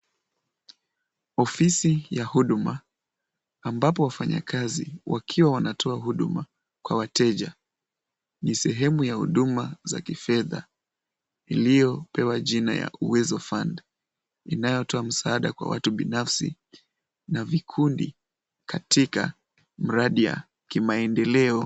Ofisi ya huduma ambapo wafanyakazi wakiwa wanatoa huduma, kwa wateja ni sehemu ya huduma za kifedha iliyopewa jina ya uwezo fund , inayotoa msaada kwa watu binafsi na vikundi katika mradi ya kimaendeleo.